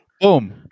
Boom